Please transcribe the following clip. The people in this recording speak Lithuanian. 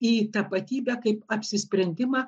į tapatybę kaip apsisprendimą